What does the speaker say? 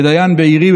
דיין בעירי,